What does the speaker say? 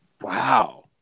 Wow